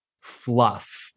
fluff